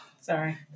Sorry